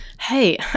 hey